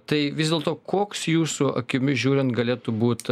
tai vis dėlto koks jūsų akimis žiūrint galėtų būt